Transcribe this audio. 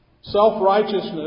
Self-righteousness